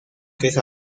queso